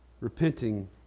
repenting